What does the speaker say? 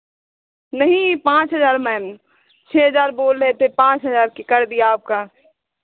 नहीं पाँच हज़ार मैम छः हज़ार बोल रहे थे पाँच हज़ार कर दिया आपका